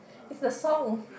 it's the song